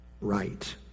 right